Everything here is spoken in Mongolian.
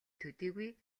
төдийгүй